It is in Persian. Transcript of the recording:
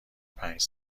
پنج